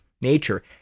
nature